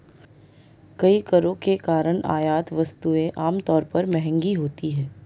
कई करों के कारण आयात वस्तुएं आमतौर पर महंगी होती हैं